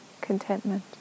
contentment